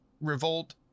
revolt-